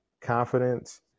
confidence